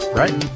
right